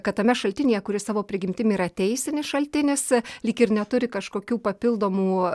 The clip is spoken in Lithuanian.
kad tame šaltinyje kuris savo prigimtim yra teisinis šaltinis lyg ir neturi kažkokių papildomų